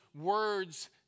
words